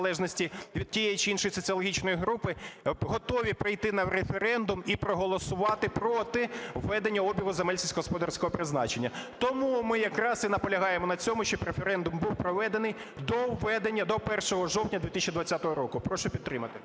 від тієї чи іншої соціологічної групи, готові прийти на референдум і проголосувати проти введення обігу земель сільськогосподарського призначення. Тому ми якраз і наполягаємо на цьому, щоб референдум був проведений до введення... до 1 жовтня 2020 року. Прошу підтримати.